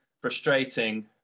frustrating